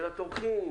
של התומכים